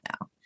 no